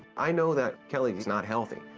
i know that kelly is not healthy.